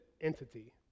entity